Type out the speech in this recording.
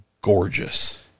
gorgeous